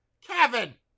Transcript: Kevin